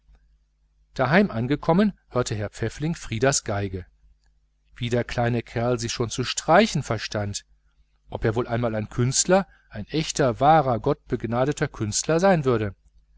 daheim angekommen hörte herr pfäffling frieders violine wie der kleine kerl sie schon zu streichen verstand ob er wohl einmal ein künstler ein echter wahrer gottbegnadeter künstler würde